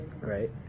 right